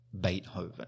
Beethoven